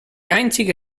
einzige